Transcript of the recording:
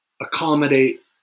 accommodate